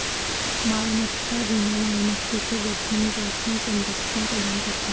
मालमत्ता विमा मालमत्तेच्या जोखमीपासून संरक्षण प्रदान करते